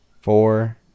Four